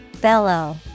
Bellow